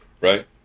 Right